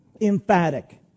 Emphatic